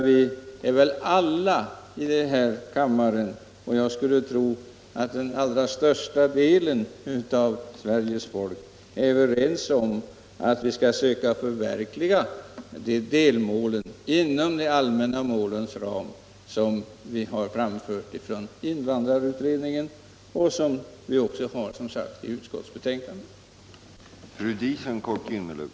Vi är väl alla i den här kammaren —- och jag skulle tro att det gäller den allra största delen av Sveriges folk — överens om att vi skall försöka förverkliga de delmål det här gäller inom ramen för de allmänna kulturmål som vi beslutat om tidigare här i riksdagen.